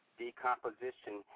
decomposition